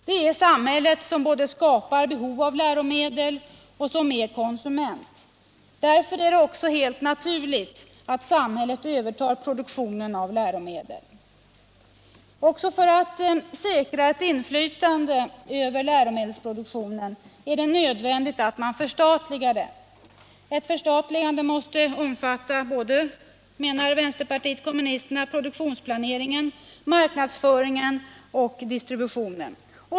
Det är samhället som både skapar behov av läromedel och är konsument av dem. Därför är det också helt naturligt att samhället övertar produktionen av läromedel. Också för att säkra inflytande över läromedelsproduktionen är det nödvändigt att förstatliga den. Ett förstatligande måste, menar vpk, omfatta både produktionsplanering, marknadsföring och distribution.